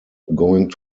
going